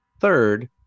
Third